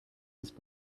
his